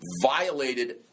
violated